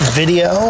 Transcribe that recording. video